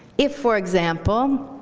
if, for example,